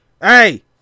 hey